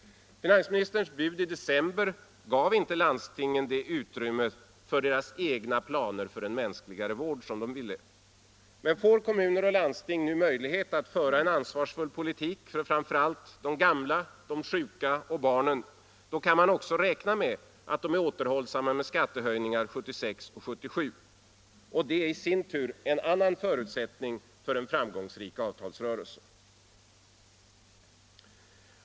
Finansministerns bud i december gav inte landstingen det utrymme för deras egna planer på en sådan mänskligare vård som de önskade. Men får kommuner och landsting nu möjlighet att föra en ansvarsfull politik för framför allt de gamla, de sjuka och barnen, kan man också räkna med att de är återhållsamma med skattehöjningar 1976 och 1977. Det ger i sin tur en av förutsättningarna för en framgångsrik avtalsrörelse.